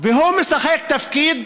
והוא משחק תפקיד